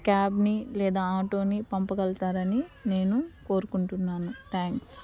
క్యాబ్ని లేదా ఆటోని పంపగలతారని నేను కోరుకుంటున్నాను థ్యాంక్స్